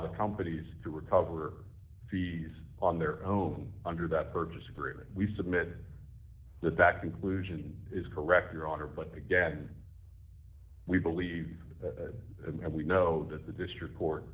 the companies to recover fees on their own under that purchase agreement we submitted the fact inclusion is correct your honor but again we believe that and we know that the district court